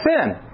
sin